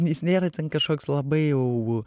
jis nėra ten kažkoks labai jau